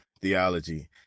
theology